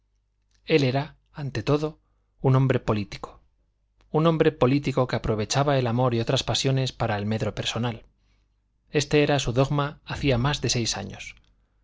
él era ante todo un hombre político un hombre político que aprovechaba el amor y otras pasiones para el medro personal este era su dogma hacía más de seis años